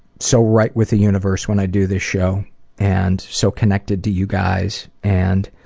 so right with the universe when i do this show and so connected to you guys. and